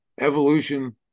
evolution